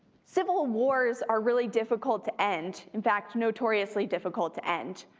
civil wars are really difficult to end, in fact notoriously difficult to end.